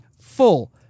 full